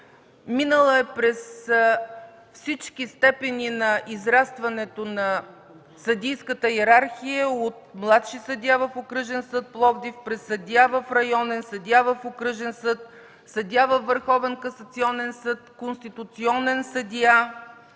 Минала е през всички степени на израстването в съдийската йерархия – от младши съдия в Окръжен съд - Пловдив, през съдия в Районен, съдия в Окръжен съд, съдия във Върховен касационен съд, конституционен съдия